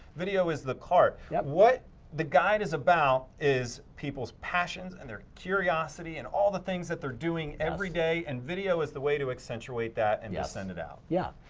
video is the cart. yeah what the guide is about is people's passions and their curiosity and all the things that they're doing every day and video is the way to accentuate that and yeah extend it out. yeah,